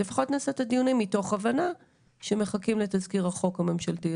אז לפחות נעשה את הדיונים מתוך הבנה שמחכים לתזכיר החוק הממשלתי.